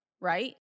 right